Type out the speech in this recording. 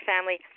family